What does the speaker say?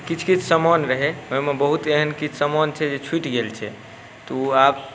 किछु किछु सामान रहै ओहिमे बहुत एहन किछु सामान छै जे छुटि गेल छै तऽ ओ आब